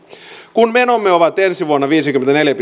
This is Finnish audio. kun menomme ovat ensi vuonna viisikymmentäneljä